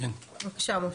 בבקשה משה.